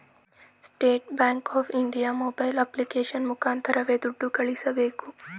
state Bank of India mobile application ಮುಖಾಂತರ ದುಡ್ಡು ಕಳಿಸಬೋದು